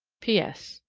p s.